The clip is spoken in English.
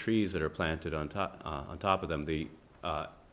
trees that are planted on top on top of them the